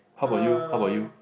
how about you how about you